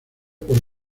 por